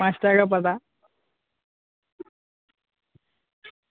পাঁচ টাকা পাতা